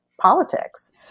politics